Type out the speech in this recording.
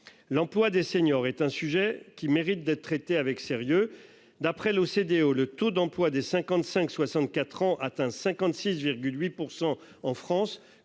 L'emploi des seniors est un sujet qui mérite d'être traité avec sérieux. D'après l'OCDE, le taux d'emploi des 55 64 ans atteint 56 8 % en France